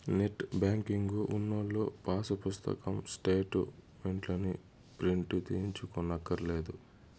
net banking ఉన్నోల్లు pass పుస్తకం స్టేటు మెంట్లుని ప్రింటు తీయించుకోనక్కర్లే